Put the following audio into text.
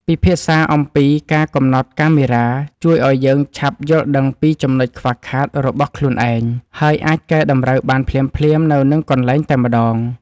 ពិភាក្សាអំពីការកំណត់កាមេរ៉ាជួយឱ្យយើងឆាប់យល់ដឹងពីចំណុចខ្វះខាតរបស់ខ្លួនឯង ហើយ អាចកែតម្រូវបានភ្លាមៗនៅនឹងកន្លែងតែម្តង។